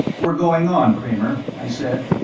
we're going on, kramer, i said.